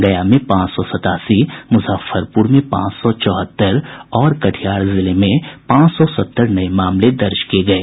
गया में पांच सौ सतासी मुजफ्फरपुर में पांच सौ चौहत्तर और कटिहार जिले में पांच सौ सत्तर नये मामले दर्ज किये गये